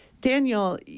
Daniel